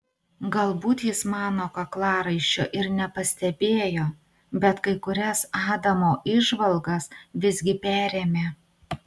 galbūt jis mano kaklaraiščio ir nepastebėjo bet kai kurias adamo įžvalgas visgi perėmė